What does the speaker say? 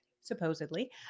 supposedly